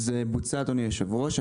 זה בוצע, אדוני היושב-ראש.